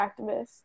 activists